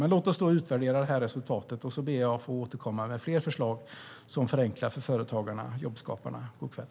Men låt oss utvärdera detta resultat. Jag ber att få återkomma med fler förslag som förenklar för företagarna - jobbskaparna. God kväll!